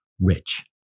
Rich